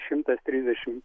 šimtas trisdešim